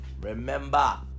remember